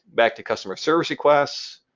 back to customer service requests,